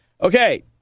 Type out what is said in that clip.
Okay